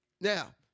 Now